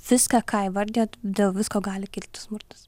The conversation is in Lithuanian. viską ką įvardijot dėl visko gali kilti smurtas